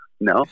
no